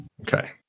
Okay